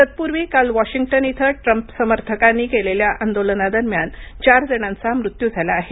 तत्पूर्वी काल वॉशिंगटन इथं ट्रम्प समर्थकांनी केलेल्या आंदोलनादरम्यान चार जणांचा मृत्यू झाला आहे